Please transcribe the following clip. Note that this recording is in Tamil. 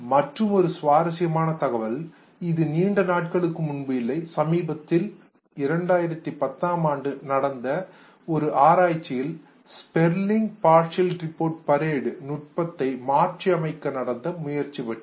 மற்றொரு சுவாரசியமான தகவல் இது நீண்ட நாட்களுக்கு முன்பு இல்லை சமீபத்தில் 2010 ஆம் ஆண்டில் நடத்தப்பட்ட ஒரு ஆராய்ச்சியில் ஸ்பெர்லிங் பார்சியல் ரிப்போர்ட் பரேடு நுட்பத்தை மாற்றியமைக்க நடந்த முயற்சி பற்றியது